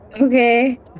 okay